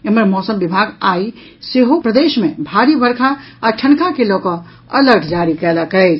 एम्हर मौसम विभाग आई सेहो प्रदेश मे भारी वर्षा आ ठनका के लऽ कऽ अलर्ट जारी कयलक अछि